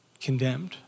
condemned